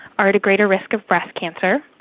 are at a greater risk of breast cancer.